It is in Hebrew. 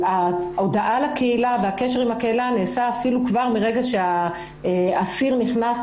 ההודעה לקהילה והקשר עם הקהילה נעשה אפילו כבר מרגע שהאסיר נכנס